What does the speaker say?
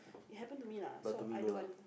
it happen to me lah so I don't want